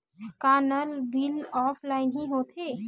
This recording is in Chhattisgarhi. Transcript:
का नल बिल ऑफलाइन हि होथे?